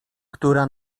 która